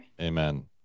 Amen